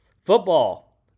Football